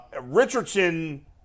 Richardson